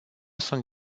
sunt